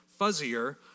fuzzier